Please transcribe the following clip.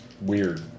Weird